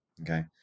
okay